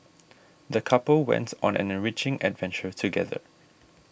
the couple went on an enriching adventure together